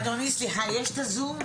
אדוני סליחה, יש את הזום,